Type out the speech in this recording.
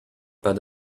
pas